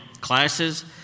classes